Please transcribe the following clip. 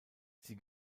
sie